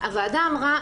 הוועדה אמרה,